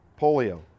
polio